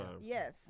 Yes